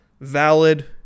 Valid